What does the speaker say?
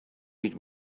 been